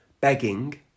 Begging